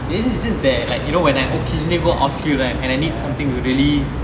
yes yes it's just there like you know when I occasionally go outfield right and I need something really